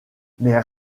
mes